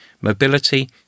Mobility